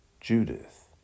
Judith